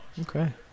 Okay